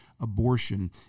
abortion